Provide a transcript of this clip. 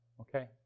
Okay